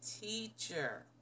teacher